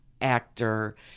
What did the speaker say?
actor